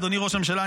אדוני ראש הממשלה,